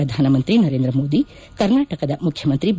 ಪ್ರಧಾನ ಮಂತ್ರಿ ನರೇಂದ್ರ ಮೋದಿ ಕರ್ನಾಟಕದ ಮುಖ್ಯಮಂತ್ರಿ ಬಿ